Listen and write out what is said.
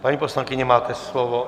Paní poslankyně, máte slovo.